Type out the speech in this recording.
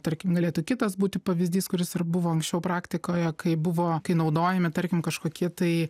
tarkim galėtų kitas būti pavyzdys kuris ir buvo anksčiau praktikoje kai buvo kai naudojami tarkim kažkokie tai